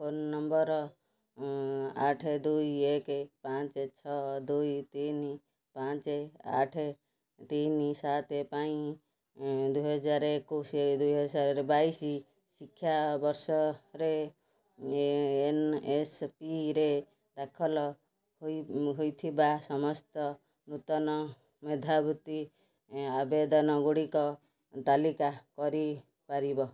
phone number ଆଠ ଦୁଇ ଏକ ପାଞ୍ଚ ଛଅ ଦୁଇ ତିନି ପାଞ୍ଚ ଆଠ ତିନି ସାତ ପାଇଁ ଦୁଇ ହଜାର ଏକୋଇଶି ଦୁଇ ହଜାର ବାଇଶି ଶିକ୍ଷାବର୍ଷରେ ଏନ୍ଏସ୍ପିରେ ଦାଖଲ ହୋଇ ହୋଇଥିବା ସମସ୍ତ ନୂତନ ମେଧାବୃତ୍ତି ଆବେଦନଗୁଡ଼ିକ ତାଲିକା କରିପାରିବ